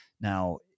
Now